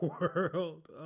world